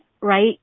right